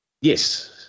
Yes